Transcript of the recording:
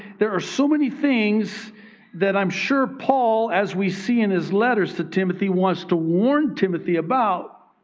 there are so many things that i'm sure paul, as we see in his letters to timothy, wants to warn timothy about